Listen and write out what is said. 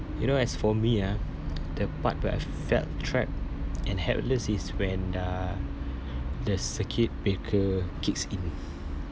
you know as for me ah the part where I felt trapped and helpless is when uh the circuit breaker kicks in